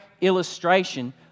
illustration